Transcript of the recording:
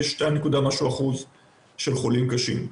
ו-2% ומשהו חולים קשים.